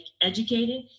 educated